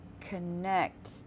connect